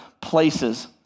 places